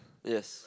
yes